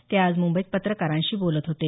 ते आज मुंबईत पत्रकारांशी बोलत होते